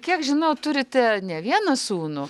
kiek žinau turite ne vieną sūnų